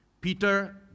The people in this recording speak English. Peter